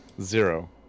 zero